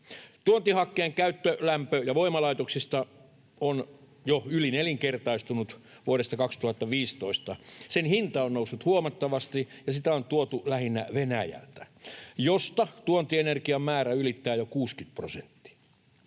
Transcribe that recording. Tuontihakkeen käyttö lämpö- ja voimalaitoksissa on jo yli nelinkertaistunut vuodesta 2015. Sen hinta on noussut huomattavasti, ja sitä on tuotu lähinnä Venäjältä, mistä tuodun energian määrä ylittää jo 60 prosenttia.